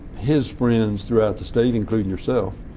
his friends throughout the state, including yourself,